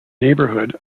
neighborhood